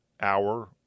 hour